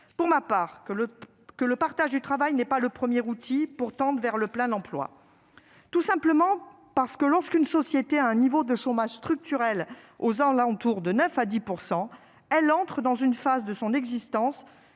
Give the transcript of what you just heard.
Pour ma part, j'estime que le partage du travail n'est pas le premier outil pour tendre vers le plein emploi. En effet, lorsqu'une société a un niveau de chômage structurel se situant aux alentours de 9 % à 10 %, elle est dans une phase de son existence